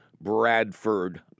Bradford